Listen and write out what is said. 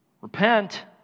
repent